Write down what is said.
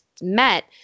met